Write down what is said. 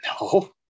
No